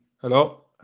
Hello